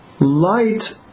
light